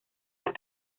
las